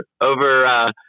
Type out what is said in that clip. over